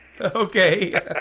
Okay